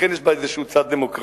לכן יש בה איזה צד דמוקרטי.